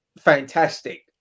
fantastic